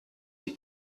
die